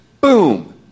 Boom